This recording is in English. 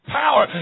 power